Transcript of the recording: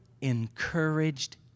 encouraged